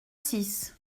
six